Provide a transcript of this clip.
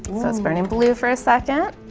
so it's burning blue for a second